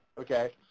okay